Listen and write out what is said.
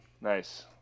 Nice